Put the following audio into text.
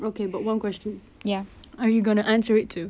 okay but one question are you gonna answer it too